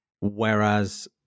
Whereas